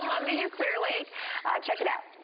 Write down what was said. love you clear lake check it out.